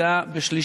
זו הייתה בשלישית,